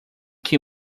que